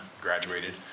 graduated